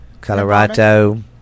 colorado